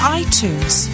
iTunes